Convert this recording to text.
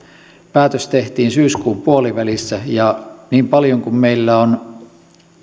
päätös tehtiin syyskuun puolivälissä ja niin paljon kuin meillä on